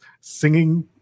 singing